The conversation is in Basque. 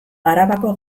arabako